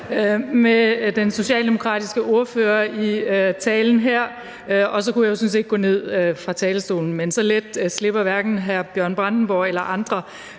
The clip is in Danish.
med den socialdemokratiske ordfører i hans tale, og så kunne jeg jo sådan set gå ned fra talerstolen. Men så let slipper hverken hr. Bjørn Brandenborg eller andre.